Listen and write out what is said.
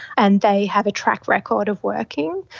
and they have a track record of working.